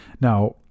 Now